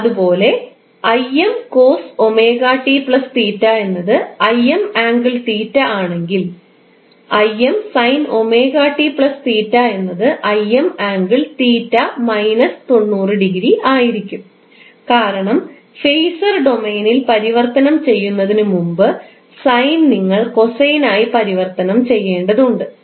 അതുപോലെ എന്നത് ആണെങ്കിൽ എന്നത് ആയിരിക്കും കാരണം ഫേസർ ഡൊമെയ്നിൽ പരിവർത്തനം ചെയ്യുന്നതിനുമുമ്പ് സൈൻ നിങ്ങൾ കോസൈനായി പരിവർത്തനം ചെയ്യേണ്ടതുണ്ട്